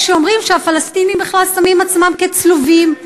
יש שאומרים שהפלסטינים בכלל שמים עצמם כצלובים,